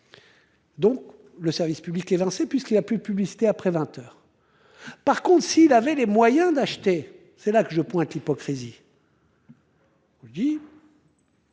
Donc le service public est puisqu'il a plus de publicité après 20h. Par contre, s'il avait les moyens d'acheter, c'est là que je pointe l'hypocrisie. Guy.